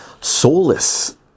Soulless